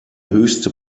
höchste